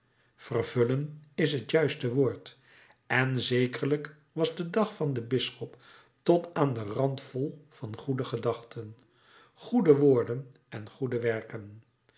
vervullen is het juiste woord en zekerlijk was de dag van den bisschop tot aan den rand vol van goede gedachten goede woorden en goede werken